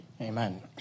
Amen